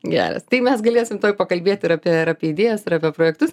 geras tai mes galėsim pakalbėt ir apie ir apie idėjas ir apie projektus